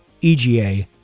EGA